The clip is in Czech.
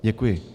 Děkuji.